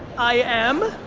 i am!